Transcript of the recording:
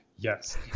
Yes